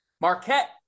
Marquette